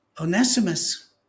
Onesimus